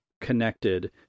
connected